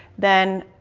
then